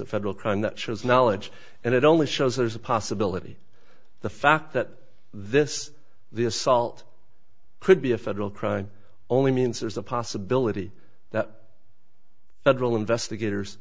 a federal crime that shows knowledge and it only shows there's a possibility the fact that this the assault could be a federal crime only means there's a possibility that federal investigators